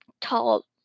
tall